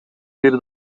бир